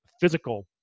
Physical